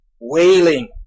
wailing